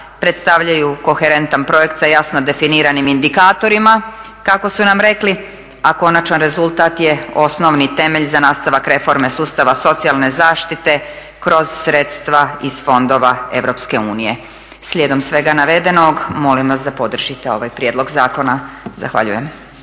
predstavljaju koherentan projekt sa jasno definiranim indikatorima, kako su nam rekli, a konačan rezultat je osnovni temelj za nastavak reforme sustava socijalne zaštite kroz sredstva iz fondova EU. Slijedom svega navedenog, moram vas da podržite ovaj prijedlog zakona. Zahvaljujem.